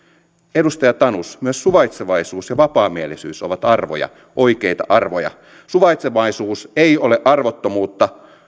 edustaja tanus myös suvaitsevaisuus ja vapaamielisyys ovat arvoja oikeita arvoja suvaitsevaisuus ei ole arvottomuutta